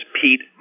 Pete